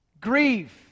Grieve